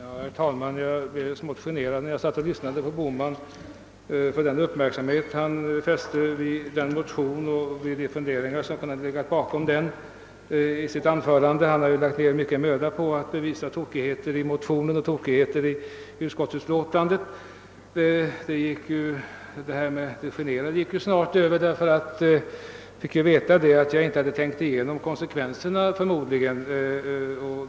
Herr talman! Jag blev till en början smått generad, när jag lyssnade till herr Bohman, för den uppmärksamhet han ägnat min motion och de funderingar som kunnat ligga bakom dem. Jag behövde emellertid inte vara generad så länge; han hade lagt ned mycken möda på att påvisa tokigheter i motionen och utskottsutlåtandet, och jag fick veta att jag inte tänkt igenom konsekvenserna av min motion.